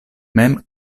mem